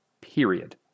Period